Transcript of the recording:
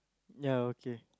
ya okay